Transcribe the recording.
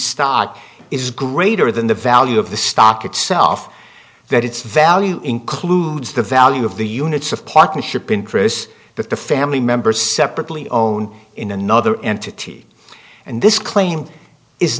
stock is greater than the value of the stock itself that its value includes the value of the units of partnership interests that the family members separately own in another entity and this claim is